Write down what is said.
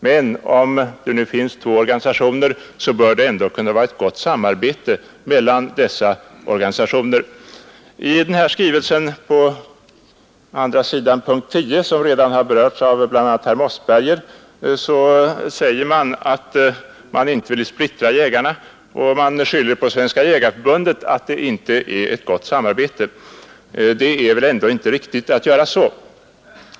Men om det nu finns två organisationer bör det ändå kunna vara ett gott samarbete mellan dessa. I den skrivelse från Jägarnas riksförbund-Landsbygdens jägare som bl.a. herr Mossberger redan har berört säger man i punkten 10 på s. 2 att man inte vill splittra jägarna och ger Svenska jägareförbundet skulden för att det inte är ett gott samarbete. Det är väl ändå inte riktigt att göra så!